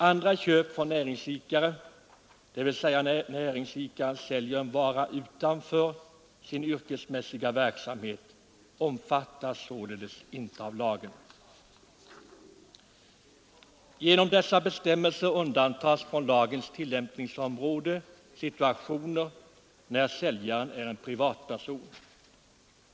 Andra köp från näringsidkare — dvs. när näringsidkare säljer en vara utanför sin yrkesmässiga verksamhet — omfattas således inte av lagen. Genom dessa bestämmelser undantas från lagens tillämpningsområde situationer när säljaren är en privatperson.